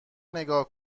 نگاه